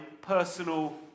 personal